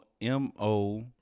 M-O